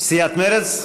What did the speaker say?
סיעת מרצ?